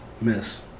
Miss